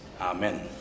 Amen